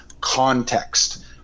context